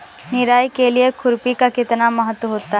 निराई के लिए खुरपी का कितना महत्व होता है?